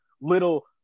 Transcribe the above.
little